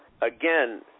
again